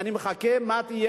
אני מחכה, מה תהיה